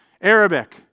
Arabic